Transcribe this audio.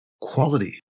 quality